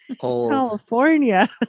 California